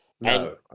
No